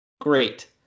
great